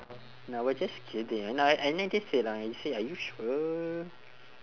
I was just kidding no I say are you sure